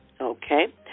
okay